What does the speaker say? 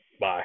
Bye